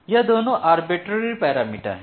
यह दोनों arbitrary parameter हैं